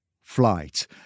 flight